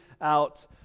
out